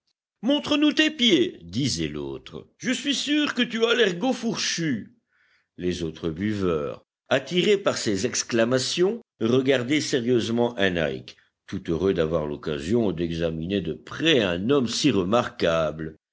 montre-nous tes pieds disait l'autre je suis sûr que tu as l'ergot fourchu les autres buveurs attirés par ces exclamations regardaient sérieusement henrich tout heureux d'avoir l'occasion d'examiner de près un homme si remarquable